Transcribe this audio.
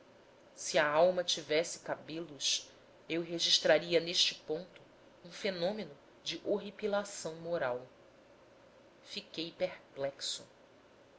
se a alma tivesse cabelos eu registraria neste ponto um fenômeno de horripilação moral fiquei perplexo